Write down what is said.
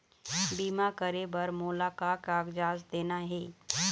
बीमा करे बर मोला का कागजात देना हे?